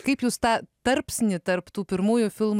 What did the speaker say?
kaip jūs tą tarpsnį tarp tų pirmųjų filmų